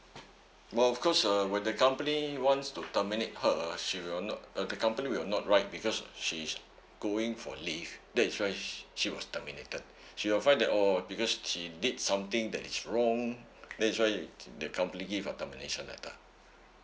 well of course uh when the company wants to terminate her she will not uh the company will not right because she's going for leave that is why she was terminated she will find that orh because she did something that is wrong that is why the company give a termination letter